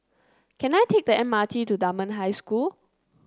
can I take the M R T to Dunman High School